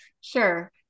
Sure